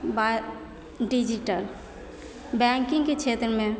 बा डिजीटल बैंकिंगके क्षेत्रमे